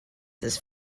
this